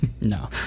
No